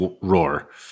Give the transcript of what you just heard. roar